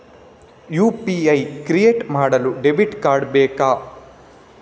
UPI create ಮಾಡಲು debit card ಬೇಕಾ?